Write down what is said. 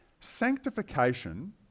Sanctification